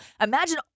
imagine